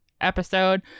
episode